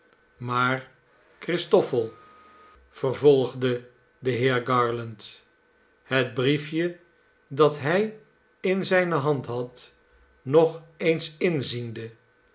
maar christoffel vervolgde de heer garland het briefje dat hij in zijne hand had nog eens inziende